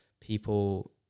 people